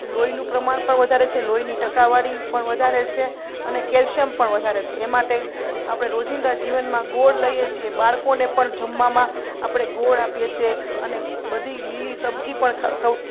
લોહીનું પ્રમાણ પણ વધારે છે લોહીની ટકાવારી પણ વધારે છે અને કેલ્શિયમ પણ વધારે છે એ માટે આપણે રોજિંદા જીવનમાં ગોળ લઈએ છીએ બાળકોને પણ જમવામાં આપણે ગોળ આપીએ છીએ અને બધી લીલી સબ્જી પણ સૌ